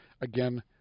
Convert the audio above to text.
Again